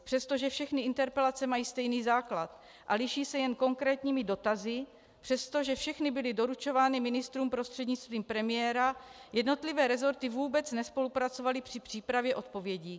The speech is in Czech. Přestože všechny interpelace mají stejný základ a liší se jen konkrétními dotazy, přestože všechny byly doručovány ministrům prostřednictvím premiéra, jednotlivé resorty vůbec nespolupracovaly při přípravě odpovědí.